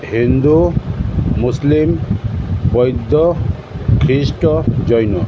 হিন্দু মুসলিম বৌদ্ধ খ্রিষ্ট জৈন